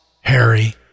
Harry